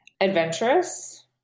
adventurous